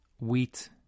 wheat